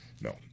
No